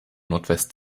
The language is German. nordwest